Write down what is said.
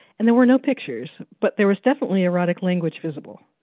and there were no pictures, but there was definitely erotic language visible.